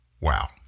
Wow